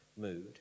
mood